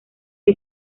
que